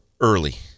early